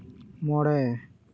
ᱢᱚᱬᱮ